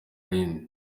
rindi